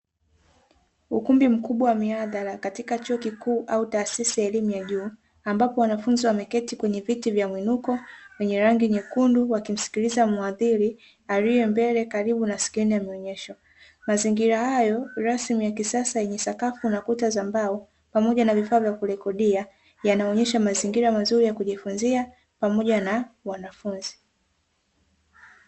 Ukumbi mkubwa wa mihadhara katika chuo kikuu au taasisi ya elimu ya juu ambapo wanafunzi wameketi kwenye viti vya mwinuko vyenye rangi nyekundu wakimsikiliza mhadhiri aliye mbele karibu na skirini ya maonyesho, mazingira hayo rasmi ya kisasa yenye sakafu na kuta za mbao pamoja na vifaa vya kurekodia yanaonyesha mazingira mazuri ya kujifunzia pamoja na wanafunzi.